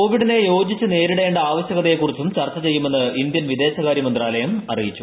കോവിഡിനെ യോജിച്ച് നേരിടേണ്ട ആവശ്യകതയെക്കുറിച്ചും ചർച്ച ചെയ്യുമെന്ന് ഇന്ത്യൻ വിദേശകാര്യി മന്ത്രാലയം അറിയിച്ചു